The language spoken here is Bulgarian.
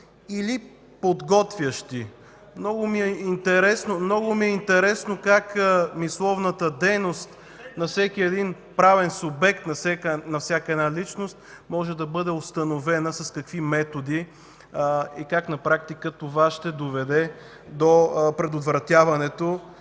интересно. Много ми е интересно как мисловната дейност на всеки един правен субект, на всяка една личност може да бъде установена, с какви методи и как на практика това ще доведе до предотвратяването?